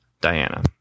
Diana